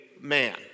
man